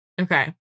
Okay